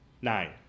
Nine